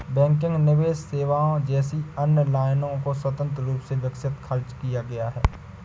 banking निवेश सेवाओं जैसी अन्य लाइनों को स्वतंत्र रूप से विकसित खर्च किया है